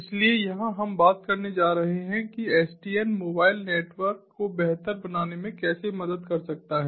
इसलिए यहां हम बात करने जा रहे हैं कि SDN मोबाइल नेटवर्क को बेहतर बनाने में कैसे मदद कर सकता है